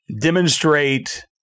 demonstrate